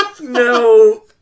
no